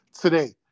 today